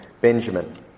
Benjamin